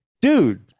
Dude